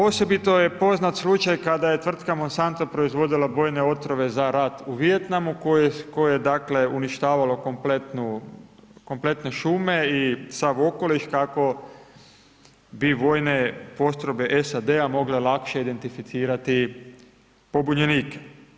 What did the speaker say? Osobito je poznat slučaj kada je tvrtka Monsanto proizvodila bojne otrove za rad u Vijetnamu, koje dakle, uništavalo kompletne šume i sav okoliš, kako bi vojne postrojbe SAD-a mogle lakše identificirati pobunjenike.